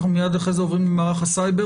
אנחנו מייד אחרי כן עוברים למערך הסייבר